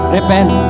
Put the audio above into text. Repent